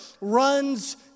runs